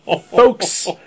Folks